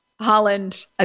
Holland